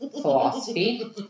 philosophy